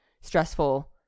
stressful